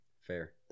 Fair